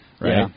right